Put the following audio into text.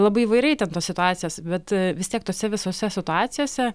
labai įvairiai ten tos situacijos bet vis tiek tose visose situacijose